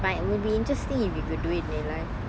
but it would be interesting if you could do it in your life